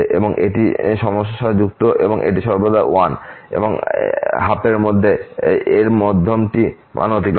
এটি একটি সমস্যাযুক্ত এবং এটি সর্বদা এই 1 এবং 12 এরমধ্যে এই মধ্যম মানটি অতিক্রম করছে